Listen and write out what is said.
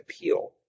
appeal